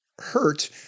hurt